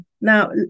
Now